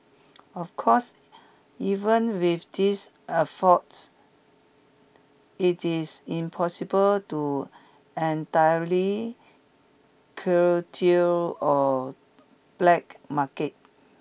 of course even with these it is impossible to entirely curtail a black market